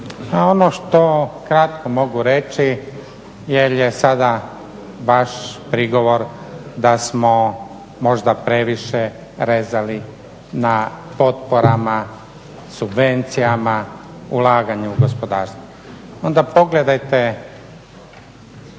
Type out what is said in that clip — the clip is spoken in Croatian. Pa ono što kratko mogu reći jer je sada vaš prigovor da smo možda previše rezali na potporama, subvencijama, ulaganju u gospodarstvo. Onda pogledajte